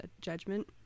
judgment